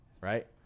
right